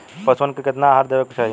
पशुअन के केतना आहार देवे के चाही?